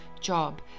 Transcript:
job